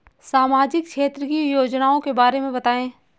सामाजिक क्षेत्र की योजनाओं के बारे में बताएँ?